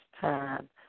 time